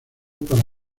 para